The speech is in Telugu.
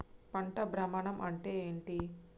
పంట భ్రమణం అంటే ఏంటి?